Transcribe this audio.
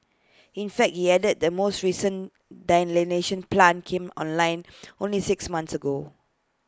in fact he added the most recent desalination plant came online only six months ago